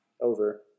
Over